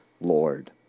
Lord